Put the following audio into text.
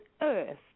earth